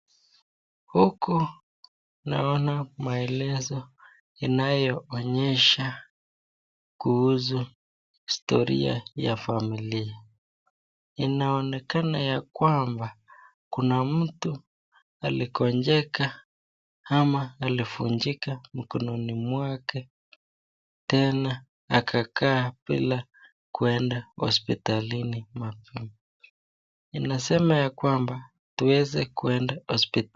Huku naona maelezo yanayoonyesha kuhusu historia ya familia. Inaonekana ya kwamba kuna mtu aligonjeka ama alivunjika mikononi mwake tena akaa mbila kuenda hospitalini mapema. Ninasema ya kwamba tuweze kuenda hospitali.